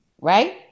right